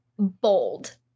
bold